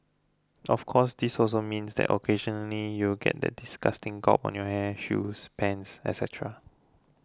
of course this also means that occasionally you'll get that disgusting gob on your hair shoes pants etcetera